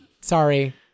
Sorry